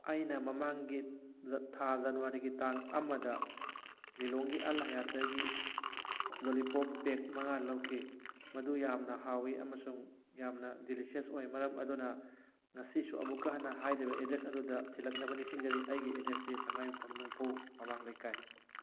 ꯑꯩꯅ ꯃꯃꯥꯡꯒꯤ ꯊꯥ ꯖꯅꯋꯥꯔꯤꯒꯤ ꯇꯥꯡ ꯑꯃꯗ ꯂꯤꯂꯣꯡꯒꯤ ꯑꯜ ꯍꯌꯥꯠꯇꯒꯤ ꯂꯣꯂꯤꯄꯣꯞ ꯄꯦꯛ ꯃꯉꯥ ꯂꯧꯈꯤ ꯃꯗꯨ ꯌꯥꯝꯅ ꯍꯥꯎꯋꯤ ꯑꯃꯁꯨꯡ ꯌꯥꯝꯅ ꯗꯤꯂꯤꯁꯤꯌꯁ ꯑꯣꯏ ꯃꯔꯝ ꯑꯗꯨꯅ ꯉꯁꯤꯁꯨ ꯑꯃꯨꯛꯀ ꯍꯟꯅ ꯍꯥꯏꯔꯤꯕ ꯑꯦꯗ꯭ꯔꯦꯁ ꯑꯗꯨꯗ ꯊꯤꯜꯂꯛꯅꯕ ꯅꯤꯡꯁꯤꯡꯖꯔꯤ ꯑꯩꯒꯤ ꯑꯦꯗ꯭ꯔꯦꯁꯇꯤ ꯁꯪꯉꯥꯏꯌꯨꯝꯐꯝ ꯅꯨꯡꯐꯧ ꯃꯃꯥꯡ ꯂꯩꯀꯥꯏ